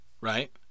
right